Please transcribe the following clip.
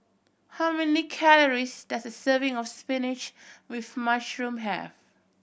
how many calories does a serving of spinach with mushroom have